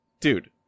dude